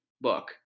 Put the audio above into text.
book